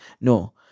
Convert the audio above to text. no